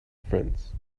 friends